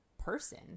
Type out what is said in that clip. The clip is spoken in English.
person